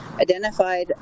identified